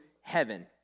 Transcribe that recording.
heaven